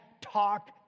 talk